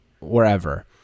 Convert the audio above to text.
wherever